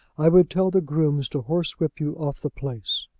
i would tell the grooms to horsewhip you off the place.